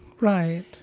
Right